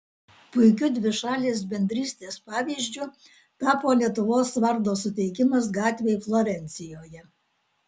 puikiu dvišalės bendrystės pavyzdžiu tapo lietuvos vardo suteikimas gatvei florencijoje